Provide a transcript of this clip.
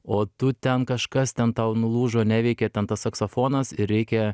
o tu ten kažkas ten tau nulūžo neveikia ten tas saksofonas ir reikia